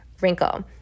wrinkle